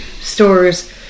stores